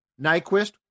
Nyquist